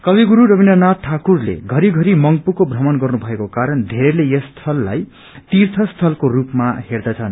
कवि गुरु रविन्द्रनाथ ठाकुरले घरिघरि मंग्पूको भ्रमण गर्नु भएको कारण घेरैले यस स्थललाई तीर्थ स्थलको रूपमा हेर्दछन्